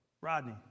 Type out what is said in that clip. Rodney